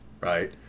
right